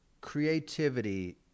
creativity